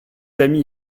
ami